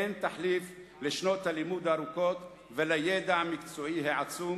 אין תחליף לשנות הלימוד הארוכות ולידע המקצועי העצום